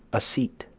a seat